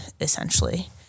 essentially